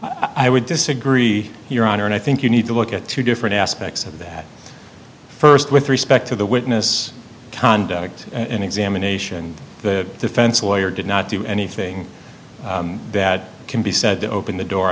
harder i would disagree your honor and i think you need to look at two different aspects of that first with respect to the witness conduct an examination the defense lawyer did not do anything that can be said to open the door